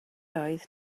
oedd